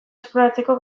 esploratzeko